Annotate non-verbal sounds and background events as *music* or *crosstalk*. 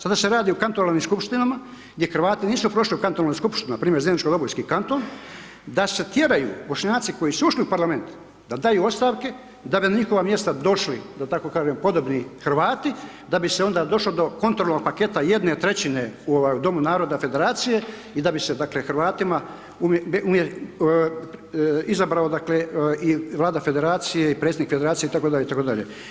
Sada se radi o kantonalnim skupštinama gdje Hrvati nisu prošli u kantonalnim skupštinama, npr. ... *unintelligible* kanton da se tjeraju Bošnjaci koji su ušli u parlament da daju ostavke i da bi na njihova mjesta došli, da tako kažem podobni Hrvati da bi se onda došlo do kontrolnog paketa jedne trećine u domu naroda federacije i da bi se dakle Hrvatima izabrao dakle i vlada federacije i predsjednik federacije itd., itd.